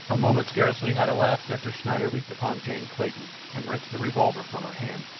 a moment scarcely had elapsed after schneider leaped upon jane clayton and wrenched the revolver from her hand,